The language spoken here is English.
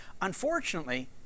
Unfortunately